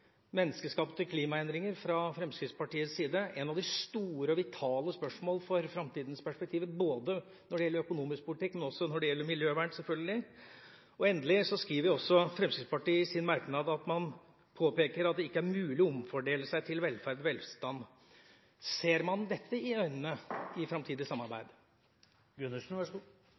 menneskeskapte klimaendringer fra Fremskrittspartiets side, et av de store og vitale spørsmål for framtidas perspektiver når det gjelder økonomisk politikk, men også når det gjelder miljøvern. Endelig skriver også Fremskrittspartiet i sin merknad at man påpeker at det ikke er mulig å omfordele seg til velferd og velstand. Ser man dette i øynene i et framtidig samarbeid?